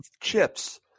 chips